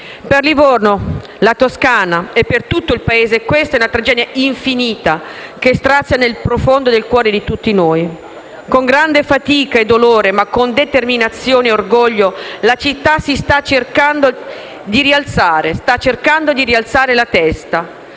Per Livorno, per la Toscana e per tutto il Paese questa è una tragedia infinita, che strazia nel profondo il cuore di tutti noi. Con grande fatica e dolore, ma con determinazione ed orgoglio, la città sta cercando di rialzare la testa. I livornesi